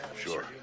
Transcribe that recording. Sure